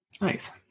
nice